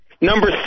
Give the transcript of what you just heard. Number